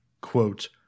quote